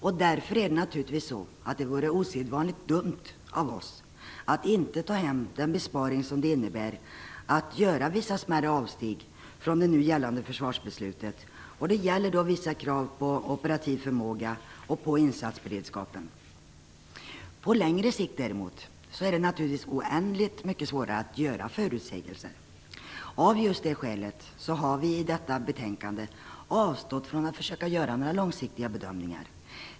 Det vore därför osedvanligt dumt av oss att inte ta hem den besparing som det innebär att göra vissa smärre avsteg från det nu gällande försvarsbeslutet. Det gäller för vissa krav på operativ förmåga och på insatsberedskapen. På längre sikt är det däremot naturligtvis oändligt mycket svårare att göra förutsägelser. Av just detta skäl har vi i detta betänkande avstått från att försöka göra några långsiktiga bedömningar.